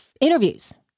interviews